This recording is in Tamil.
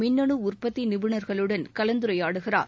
மின்னணு உற்பத்தி நிபுணர்களுடன் கலந்துரையாடுகிறார்